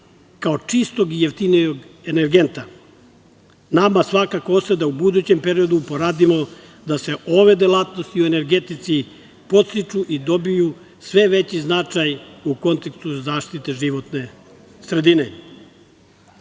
kao čistog i jeftinijeg energenta. Nama svakako ostaje da u budućem periodu poradimo da se ove delatnosti u energetici podstiču i dobiju sve veći značaj u kontekstu zaštite životne